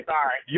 Sorry